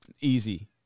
easy